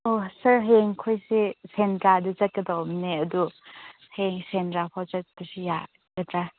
ꯑꯣ ꯁꯥꯔ ꯍꯌꯦꯡ ꯑꯩꯈꯣꯏꯁꯦ ꯁꯦꯟꯗ꯭ꯔꯥꯗ ꯆꯠꯀꯗꯧꯕꯅꯦ ꯑꯗꯨ ꯍꯌꯦꯡ ꯁꯦꯟꯗ꯭ꯔꯥ ꯐꯥꯎ ꯆꯠꯄꯁꯤ ꯌꯥꯒꯗ꯭ꯔꯥ